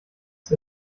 ist